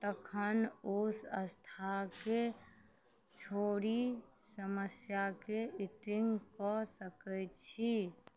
तखन ओ स्थाके छोड़ि समस्याके इचिन्ग कऽ सकै छी